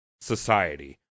Society